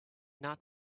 not